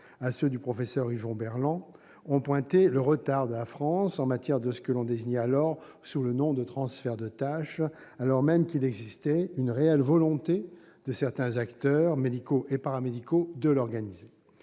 à ceux du professeur Yvon Berland, ont pointé le retard de la France en matière de ce que l'on désignait alors sous le nom de « transferts de tâches », alors même qu'il existait une réelle volonté de certains acteurs médicaux et paramédicaux de l'organiser.